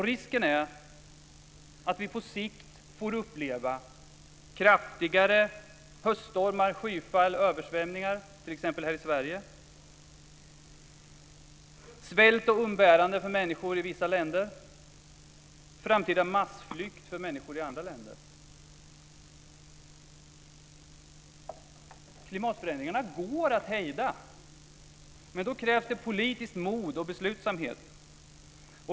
Risken är att vi på sikt får uppleva kraftigare höststormar, skyfall och översvämningar t.ex. här i Sverige, svält och umbäranden för människor i vissa länder och framtida massflykt för människor i andra länder. Klimatförändringarna går att hejda, med då krävs det politiskt mod och beslutsamhet.